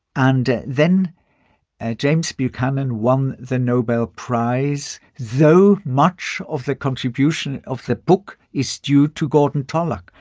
and then and james buchanan won the nobel prize, though much of the contribution of the book is due to gordon tullock.